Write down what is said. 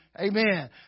Amen